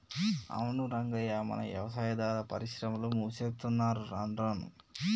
అవును రంగయ్య మన యవసాయాదార పరిశ్రమలు మూసేత్తున్నరు రానురాను